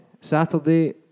Saturday